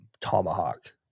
tomahawk